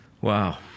Wow